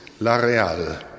Lareal